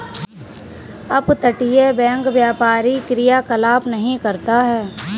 अपतटीय बैंक व्यापारी क्रियाकलाप नहीं करता है